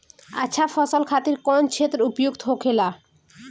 अच्छा फसल खातिर कौन क्षेत्र उपयुक्त होखेला?